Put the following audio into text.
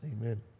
Amen